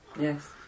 Yes